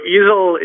Easel